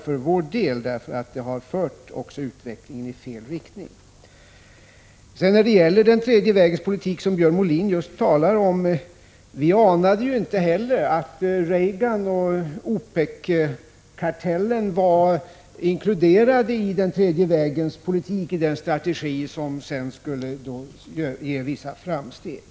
För vår del beklagar vi detta, eftersom det har inneburit en utveckling i fel riktning. Vi anade heller inte att Reagan och OPEC-kartellen var inkluderade i den tredje vägens politik och i den strategi som sedan skulle medföra vissa framsteg.